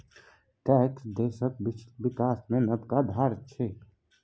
tax देशक बिकास मे नबका धार दैत छै